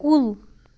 کُل